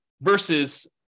versus